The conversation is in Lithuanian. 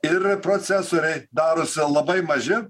ir procesoriai darosi labai maži